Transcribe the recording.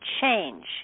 change